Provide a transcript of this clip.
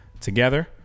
together